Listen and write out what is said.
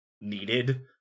needed